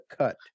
cut